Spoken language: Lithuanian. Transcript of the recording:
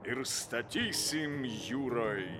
ir statysim jūroj